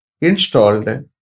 installed